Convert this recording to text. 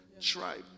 tribe